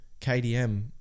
KDM